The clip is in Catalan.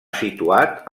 situat